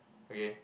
okay